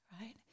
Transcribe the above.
Right